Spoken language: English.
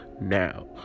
now